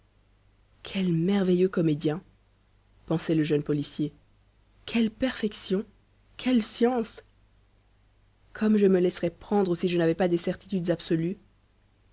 quels merveilleux comédiens pensait le jeune policier quelle perfection quelle science comme je me laisserais prendre si je n'avais pas des certitudes absolues